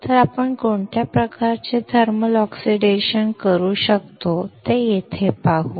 तर आपण कोणत्या प्रकारचे थर्मल ऑक्सिडेशन करू शकतो ते येथे पाहू